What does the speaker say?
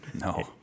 No